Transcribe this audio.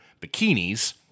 bikinis